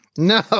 No